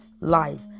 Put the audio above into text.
life